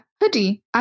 Hoodie